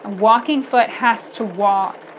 walking foot has to walk,